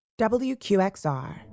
WQXR